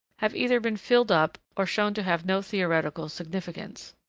have either been filled up, or shown to have no theoretical significance.